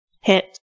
Hit